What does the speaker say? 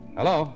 Hello